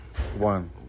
One